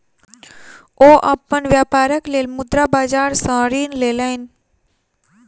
ओ अपन व्यापारक लेल मुद्रा बाजार सॅ ऋण लेलैन